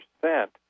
percent